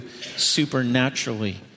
supernaturally